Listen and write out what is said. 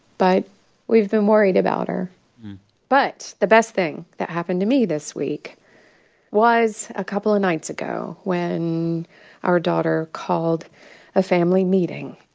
but we've been worried about her but the best thing that happened to me this week was a couple of nights ago, when our daughter called a family meeting.